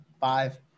five